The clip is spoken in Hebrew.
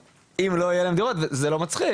אם לא יהיו להם דירות וזה לא מצחיק.